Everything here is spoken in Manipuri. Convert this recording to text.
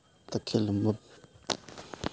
ꯇꯈꯦꯜꯂꯝꯕꯝ